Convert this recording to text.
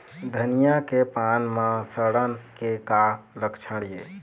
धनिया के पान म सड़न के का लक्षण ये?